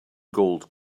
gold